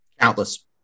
countless